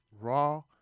Raw